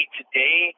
today